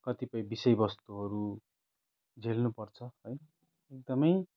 कतिपय विषय वस्तुहरू झेल्नपर्छ है एकदमै